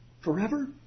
Forever